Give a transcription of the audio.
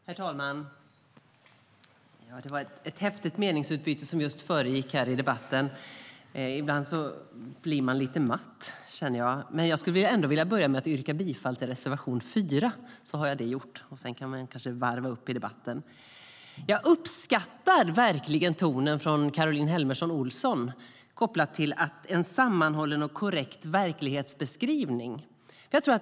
STYLEREF Kantrubrik \* MERGEFORMAT GymnasieskolanJag uppskattar tonen från Caroline Helmersson Olsson om en sammanhållen och korrekt verklighetsbeskrivning.